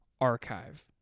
archive